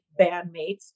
bandmates